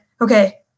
okay